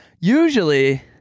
usually